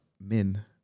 men